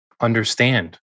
understand